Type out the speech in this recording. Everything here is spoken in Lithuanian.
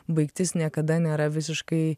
baigtis niekada nėra visiškai